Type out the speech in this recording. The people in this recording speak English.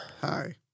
Hi